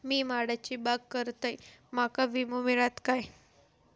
मी माडाची बाग करतंय माका विमो मिळात काय?